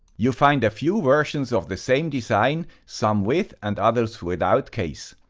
you find a few versions of the same design, some with and others without case.